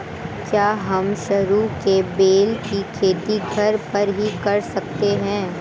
क्या हम सरू के बेल की खेती घर पर ही कर सकते हैं?